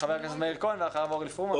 חבר הכנסת מאיר כהן ואחריו אורלי פרומן.